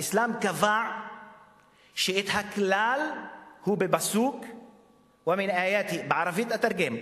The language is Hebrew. האסלאם קבע שהכלל הוא בפסוק בערבית: "ומן איאתה" ואני אתרגם,